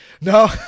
No